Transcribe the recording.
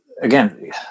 Again